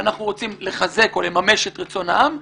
ואנחנו רוצים לחזק או לממש את רצון העם,